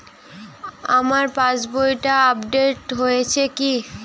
আমার পাশবইটা আপডেট হয়েছে কি?